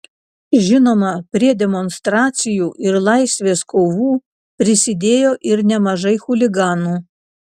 žinoma prie demonstracijų ir laisvės kovų prisidėjo ir nemažai chuliganų